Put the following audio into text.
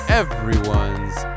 everyone's